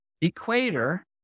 equator